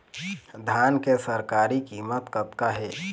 धान के सरकारी कीमत कतका हे?